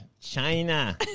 China